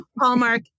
Hallmark